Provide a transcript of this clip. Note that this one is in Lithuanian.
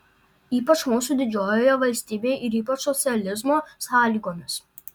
ypač mūsų didžiojoje valstybėje ir ypač socializmo sąlygomis